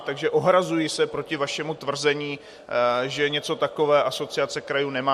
Takže se ohrazuji proti vašemu tvrzení, že něco takového Asociace krajů nemá.